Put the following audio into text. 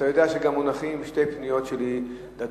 אתה יודע שמונחות גם שתי פניות שלי לדון